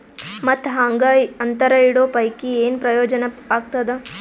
ಮತ್ತ್ ಹಾಂಗಾ ಅಂತರ ಇಡೋ ಪೈಕಿ, ಏನ್ ಪ್ರಯೋಜನ ಆಗ್ತಾದ?